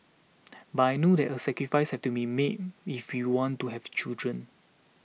but I know that a sacrifice has to be made if we want to have children